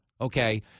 okay